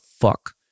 fuck